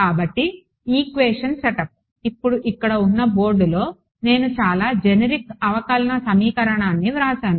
కాబట్టి equation setup ఇప్పుడు ఇక్కడ ఉన్న బోర్డ్లో నేను చాలా జెనరిక్ అవకలన సమీకరణాన్ని వ్రాసాను